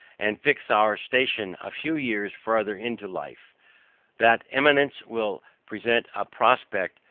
and fix our station a few years farther into life that eminence will present a prospect,